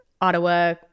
Ottawa